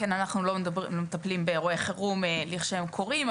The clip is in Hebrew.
אנחנו לא מטפלים באירועי חירום לכשהם קורים,